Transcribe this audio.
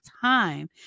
time